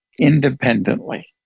independently